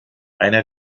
einer